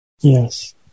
Yes